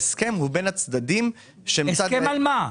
ההסכם הוא בין הצדדים --- הסכם על מה?